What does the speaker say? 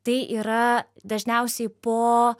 tai yra dažniausiai po